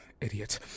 idiot